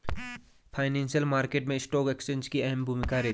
financial market मैं stock exchange की अहम भूमिका रहती है